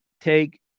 Take